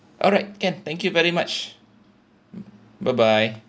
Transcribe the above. alright can thank you very much bye bye